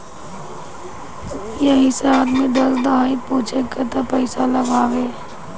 यही से आदमी दस दहाई पूछे के पइसा लगावे